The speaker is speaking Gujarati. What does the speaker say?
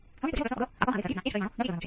ઘાતાંકીય આલ્ફા જે ખૂબ જ નોંધપાત્ર વિચાર છે